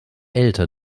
älter